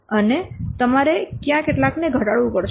અને તમારે કયા કેટલાકને ઘટાડવું પડશે